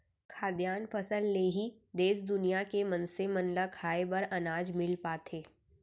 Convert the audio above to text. खाद्यान फसल ले ही देस दुनिया के मनसे मन ल खाए बर अनाज मिल पाथे